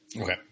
Okay